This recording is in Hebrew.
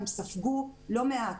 הן ספגו לא מעט,